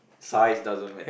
size doesn't mat~